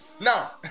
Now